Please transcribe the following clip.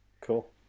cool